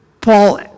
Paul